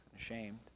ashamed